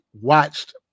watched